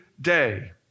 day